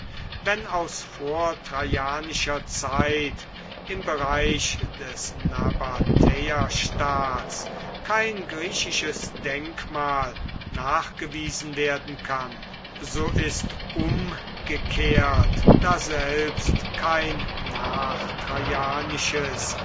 wenn aus vortraianischer zeit im bereich des nabatäerstaats kein griechisches denkmal nachgewiesen werden kann so ist umgekehrt daselbst kein nachtraianisches